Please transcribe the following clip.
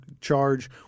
charge